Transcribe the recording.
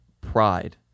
pride